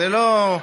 זה לא,